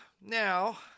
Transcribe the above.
Now